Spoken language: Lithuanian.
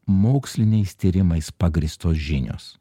moksliniais tyrimais pagrįstos žinios